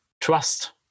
trust